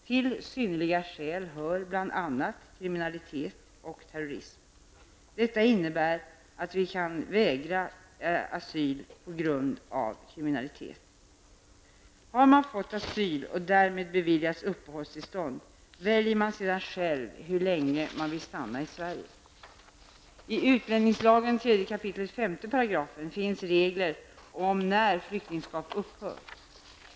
Till synnerliga skäl hör bl.a. kriminalitet och terrorism. Detta innebär att vi kan vägra asyl på grund av kriminalitet. Har man fått asyl och därmed beviljats uppehållstillstånd, väljer man sedan själv hur länge man vill stanna i Sverige. I utlänningslagen finns regler om när flyktingskap upphör.